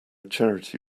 charity